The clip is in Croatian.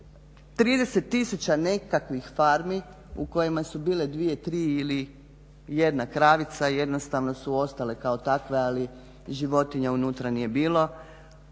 30000 nekakvih farmi u kojima su bile dvije, tri ili jedna kravica jednostavno su ostale kao takve. Ali životinja unutra nije bilo.